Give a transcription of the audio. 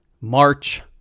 March